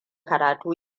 karatu